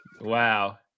wow